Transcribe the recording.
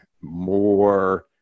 more